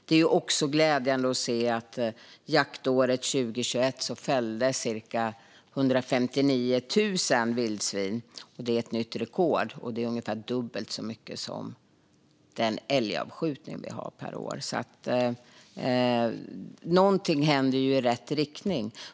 Det är också glädjande att se att jaktåret 2021 fälldes cirka 159 000 vildsvin. Det är ett nytt rekord, och det är ungefär dubbelt så mycket som den älgavskjutning vi har per år. Något händer alltså i rätt riktning.